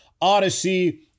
Odyssey